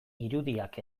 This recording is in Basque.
irudiak